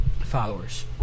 followers